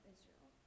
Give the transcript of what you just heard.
Israel